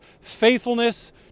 faithfulness